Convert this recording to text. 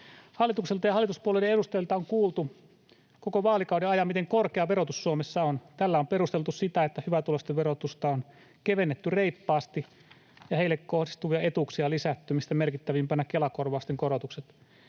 Hallitukselta ja hallituspuolueiden edustajilta on kuultu koko vaalikauden ajan, miten korkea verotus Suomessa on. Tällä on perusteltu sitä, että hyvätuloisten verotusta on kevennetty reippaasti ja heille kohdistuvia etuuksia lisätty, mistä merkittävimpänä Kela-korvausten korotukset.